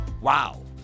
Wow